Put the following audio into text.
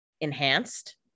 enhanced